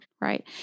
Right